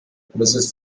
mrs